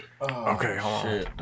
Okay